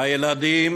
הילדים